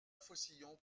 faucillon